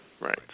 right